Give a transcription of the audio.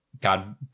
God